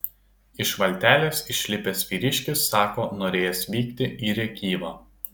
iš valtelės išlipęs vyriškis sako norėjęs vykti į rėkyvą